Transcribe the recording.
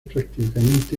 prácticamente